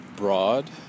Broad